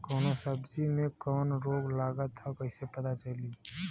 कौनो सब्ज़ी में कवन रोग लागल ह कईसे पता चली?